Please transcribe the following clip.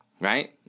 right